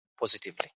positively